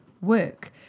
work